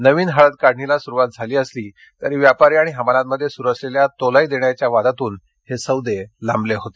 नवीन हळद काढणीला सुरुवात झाली असली तरी व्यापारी आणि हमालांमध्ये सुरु आलेल्या तोलाई देण्याच्या वादातून हे सौदे लांबले होते